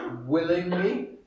willingly